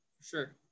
sure